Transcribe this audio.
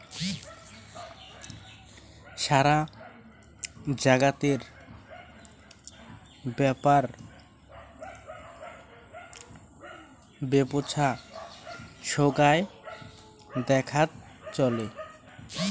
সারা জাগাতের ব্যাপার বেপছা সোগায় দেখাত চলে